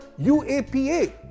UAPA